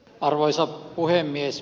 arvoisa puhemies